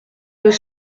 deux